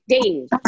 days